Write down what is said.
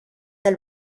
del